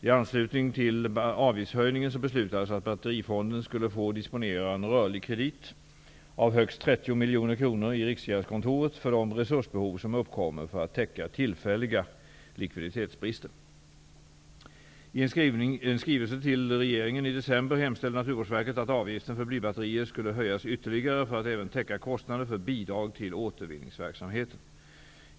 I anslutning till avgiftshöjningen beslutades att batterifonden skulle få disponera en rörlig kredit på högst 30 milj.kr. i Riksgäldkontoret för de resursbehov som uppkommer för att täcka tillfälliga likviditetsbrister. Naturvårdsverket att avgiften för blybatterier skulle höjas ytterligare för att även täcka kostnader för bidrag till återvinningsverksamheten.